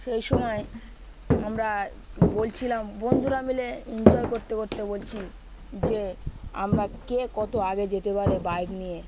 সেই সময় আমরা বলছিলাম বন্ধুরা মিলে এনজয় করতে করতে বলছি যে আমরা কে কত আগে যেতে পারে বাইক নিয়ে